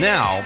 Now